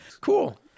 Cool